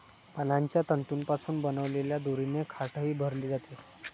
पानांच्या तंतूंपासून बनवलेल्या दोरीने खाटही भरली जाते